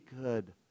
good